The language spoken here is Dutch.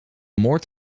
moord